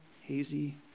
hazy